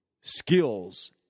skills